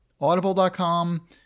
Audible.com